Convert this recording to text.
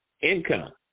income